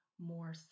more